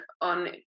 on